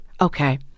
Okay